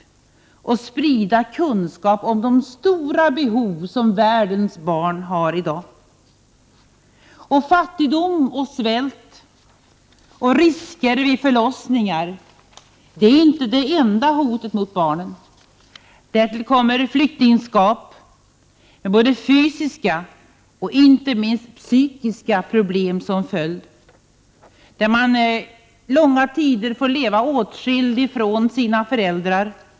Det gäller också att sprida kunskap om de stora behov som världens barn i dag har. Fattigdom, svält och riskerna med förlossningar är inte de enda hoten mot barnen. Därtill kommer flyktingskapet och de fysiska och inte minst psykiska problem som följer i dess spår. Långa tider får barn leva åtskilda från sina föräldrar.